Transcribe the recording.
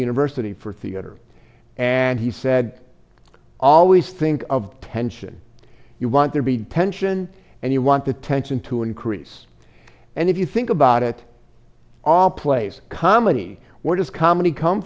university for theater and he said always think of tension you want there be tension and you want the tension to increase and if you think about it all plays comedy what does comedy come